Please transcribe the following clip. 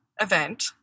event